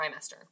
trimester